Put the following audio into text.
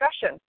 discussion